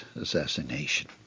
assassination